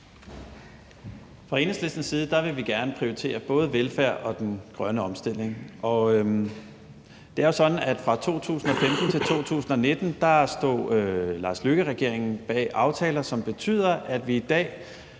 Fra Enhedslistens side vil vi gerne prioritere både velfærd og den grønne omstilling. Det er jo sådan, at fra 2015 til 2019 stod Lars Løkke Rasmussen-regeringerne bag aftaler, som betyder, at vi i dag